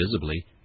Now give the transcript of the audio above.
visibly